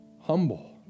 humble